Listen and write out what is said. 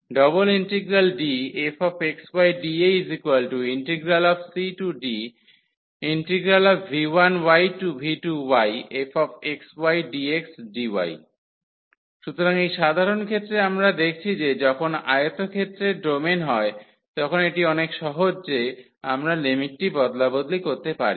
∬DfxydAcdv1v2fxydxdy সুতরাং এই সাধারণ ক্ষেত্রে আমরা দেখছি যে যখন আয়তক্ষেত্রের ডোমেন হয় তখন এটি অনেক সহজ যে আমরা লিমিটটি বদলা বদলি করতে পারি